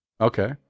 Okay